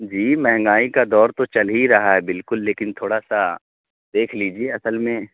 جی مہنگائی کا دور تو چل ہی رہا ہے بالکل لیکن تھوڑا سا دیکھ لیجیے اصل میں